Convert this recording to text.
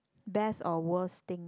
best or worst thing